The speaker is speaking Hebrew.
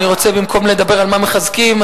במקום לדבר על מה מחזקים,